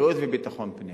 בריאות וביטחון פנים.